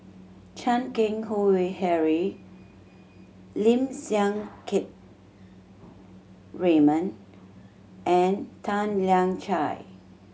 Chan Keng Howe Harry Lim Siang Keat Raymond and Tan Lian Chye